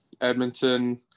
Edmonton